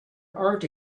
art